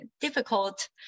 difficult